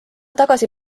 tagasi